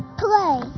play